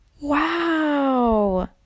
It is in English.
Wow